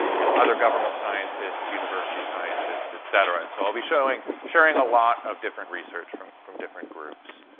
you know, other government scientists, university scientists, etc. and so i'll be sharing sharing a lot of different research from from different groups.